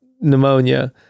Pneumonia